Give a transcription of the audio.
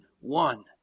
one